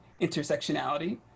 intersectionality